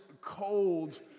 cold